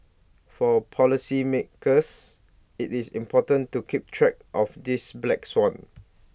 for policy makers IT is important to keep track of this black swan